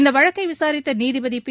இந்த வழக்கை விசாரித்த நீதிபதி பி